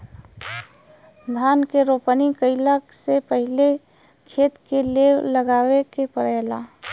धान के रोपनी कइला से पहिले खेत के लेव लगावे के पड़ेला